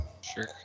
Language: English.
Sure